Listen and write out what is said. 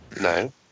No